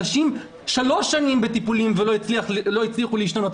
אנשים נמצאים שלוש שנים בטיפולים ולא הצליחו להשתנות,